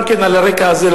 גם כן על הרקע הזה,